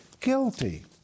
guilty